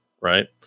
right